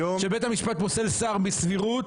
כאשר בית המשפט פוסל שר בסבירות,